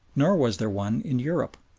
nor was there one in europe.